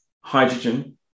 hydrogen